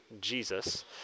Jesus